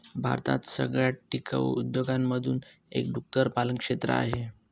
भारतात सगळ्यात टिकाऊ उद्योगांमधून एक डुक्कर पालन क्षेत्र आहे